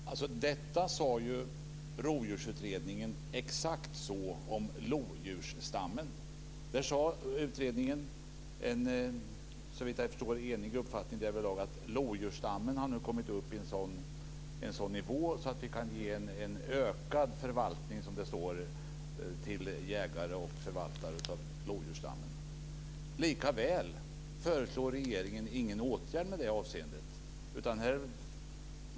Exakt så sade Rovdjursutredningen om lodjursstammen. Utredningen hade, såvitt jag förstår, en enig uppfattning om att lodjursstammen nu har kommit upp i en sådan nivå att vi kan ge en ökad förvaltning, som det står, till jägare och förvaltare av lodjursstammen. Likaväl föreslår regeringen ingen åtgärd i det avseendet.